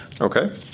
Okay